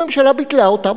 הממשלה ביטלה אותם,